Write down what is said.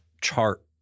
chart